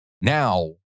Now